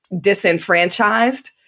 disenfranchised